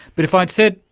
but if i'd said,